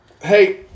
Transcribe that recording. Hey